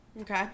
Okay